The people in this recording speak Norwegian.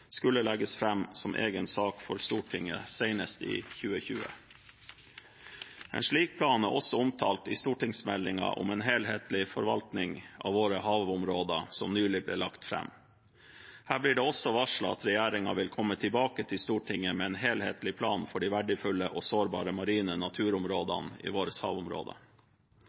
skulle legges fram som egen sak for Stortinget senest i 2020. En slik plan er også omtalt i stortingsmeldingen om en helhetlig forvaltning av våre havområder som nylig ble lagt fram. Her blir det også varslet at regjeringen vil komme tilbake til Stortinget med en helhetlig plan for de verdifulle og sårbare marine naturområdene i våre havområder.